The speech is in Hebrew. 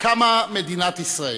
קמה מדינת ישראל,